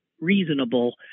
reasonable